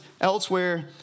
elsewhere